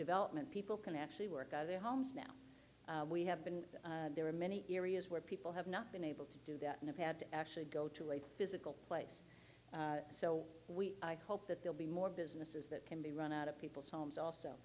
development people can actually work on their homes now we have been there are many areas where people have not been able to do that and had to actually go to a physical place so we hope that they'll be more businesses that can be run out of people's homes also